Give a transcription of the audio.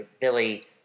Billy